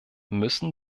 müssen